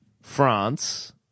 France